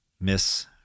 Miss